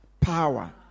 Power